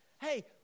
Hey